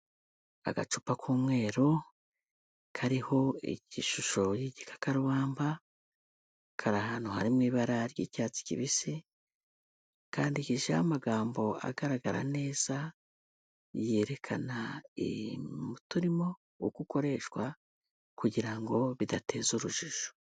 Agacupa k'umweru kariho igishusho y'igikakarubamba, kari ahantu hari mu ibara ry'icyatsi kibisi, kandikishijeho amagambo agaragara neza yerekana umuti urimo uko ukoreshwa kugira ngo bidateza urujijo.